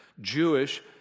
Jewish